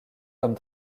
comme